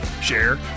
share